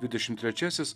dvidešimt trečiasis